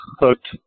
hooked